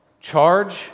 charge